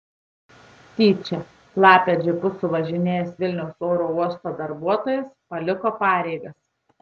tyčia lapę džipu suvažinėjęs vilniaus oro uosto darbuotojas paliko pareigas